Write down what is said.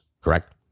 correct